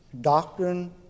doctrine